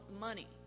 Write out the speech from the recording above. money